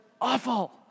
awful